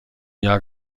jahr